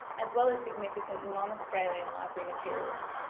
as well as significant non australian library materials,